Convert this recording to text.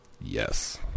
Yes